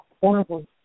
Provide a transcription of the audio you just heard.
horrible